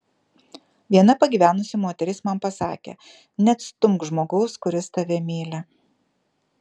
viena pagyvenusi moteris man pasakė neatstumk žmogaus kuris tave myli